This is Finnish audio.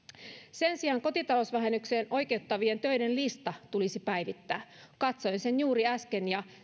sen sijaan kotitalousvähennykseen oikeuttavien töiden lista tulisi päivittää katsoin sen juuri äsken ja